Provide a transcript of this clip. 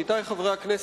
עמיתי חברי הכנסת,